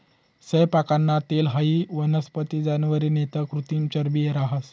सैयपाकनं तेल हाई वनस्पती, जनावरे नैते कृत्रिम चरबी रहास